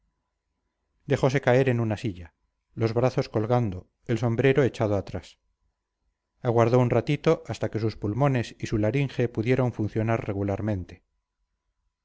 dejose caer en una silla los brazos colgando el sombrero echado atrás aguardó un ratito hasta que sus pulmones y su laringe pudieron funcionar regularmente